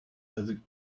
that